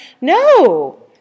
no